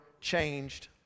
changed